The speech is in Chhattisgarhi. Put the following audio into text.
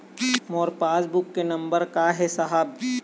मोर पास बुक के नंबर का ही साहब?